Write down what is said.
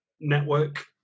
network